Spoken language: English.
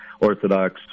Orthodox